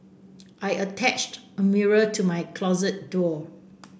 I attached a mirror to my closet door